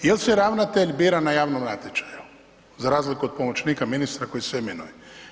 Je li se ravnatelj bira na javnom natječaju za razliku od pomoćnika ministra koji se imenuje?